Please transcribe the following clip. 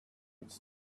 it’s